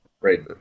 Right